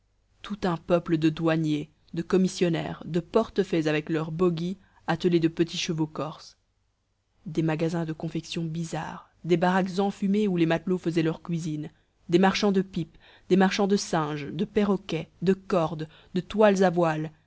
tout un peuple de douaniers de commissionnaires de portefaix avec leurs bogheys attelés de petits chevaux corses des magasins de confections bizarres des baraques enfumées où les matelots faisaient leur cuisine des marchands de pipes des marchands de singes de perroquets de cordes de toiles à voiles